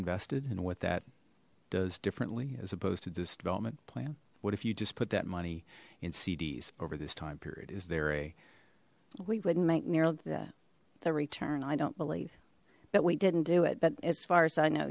invested and what that does differently as opposed to this development plan what if you just put that money in cds over this time period is there a we wouldn't make nearly the return i don't believe but we didn't do it but as far as i know